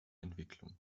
entwicklung